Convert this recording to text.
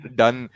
done